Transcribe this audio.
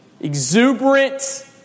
exuberant